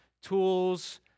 tools